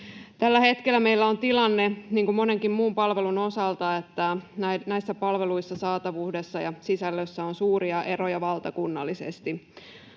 Tällä hetkellä meillä on tilanne, niin kuin monenkin muun palvelun osalta, että näiden palveluiden saatavuudessa ja sisällössä on suuria eroja valtakunnallisesti.